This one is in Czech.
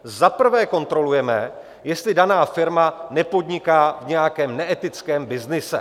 Za prvé kontrolujeme, jestli daná firma nepodniká v nějakém neetickém byznysu.